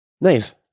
Nice